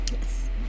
yes